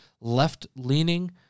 left-leaning